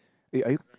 eh are you